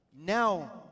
now